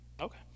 Okay